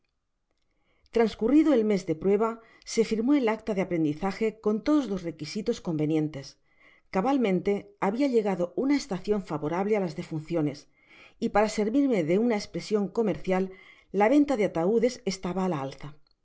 rascuhrido el mes de prueba se firmó el acta de aprendizaje con todos los requisitos convenientes cabalmente habia llegado una estacion favorable á las defunciones y para servirme de una espresion comercial la venta de ataudes estaba á la alza